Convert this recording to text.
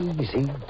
Easy